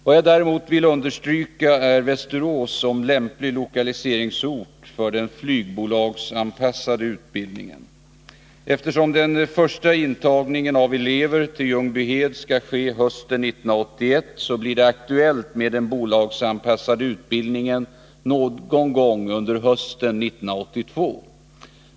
Vad jag däremot vill understryka är att Västerås är lämplig lokaliseringsort för den flygbolagsanpassade utbildningen. Eftersom den första intagningen av elever till Ljungbyhed skall ske hösten 1981, så blir det aktuellt med den bolagsanpassade utbildningen någon gång under hösten 1982.